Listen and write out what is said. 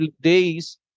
days